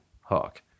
Hawk